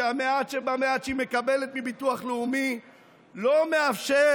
שהמעט שבמעט שהיא מקבלת מביטוח לאומי לא מאפשר